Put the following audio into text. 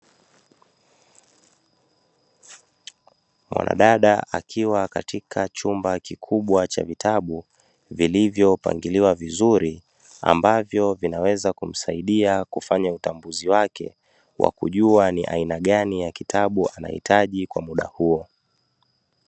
Mwanadada akiwa katika chumba kikubwa cha vitabu, vilivyo pangiliwa vizuri ambavyo vinaweza kumsaidia kufanya utambuzi wake, wa kujua ni aina gani ya kitabu anahitaji kwa muda huo.